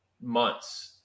months